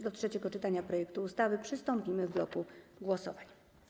Do trzeciego czytania projektu ustawy przystąpimy w bloku głosowań.